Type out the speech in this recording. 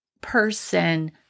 person